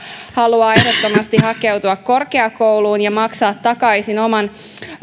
haluaa ehdottomasti hakeutua korkeakouluun ja maksaa takaisin